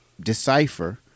decipher